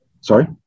Sorry